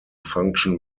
function